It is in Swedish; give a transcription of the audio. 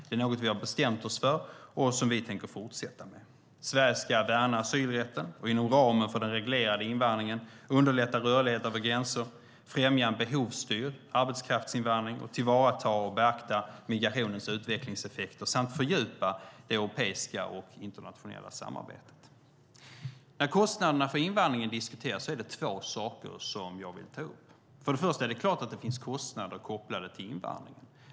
Det är något vi har bestämt oss för och som vi tänker fortsätta med. Sverige ska värna asylrätten och inom ramen för den reglerade invandringen underlätta rörlighet över gränser, främja en behovsstyrd arbetskraftsinvandring och tillvarata och beakta migrationens utvecklingseffekter samt fördjupa det europeiska och internationella samarbetet. När kostnaderna för invandringen diskuteras är det två saker som jag vill ta upp. Först och främst är det klart att det finns kostnader kopplade till invandringen.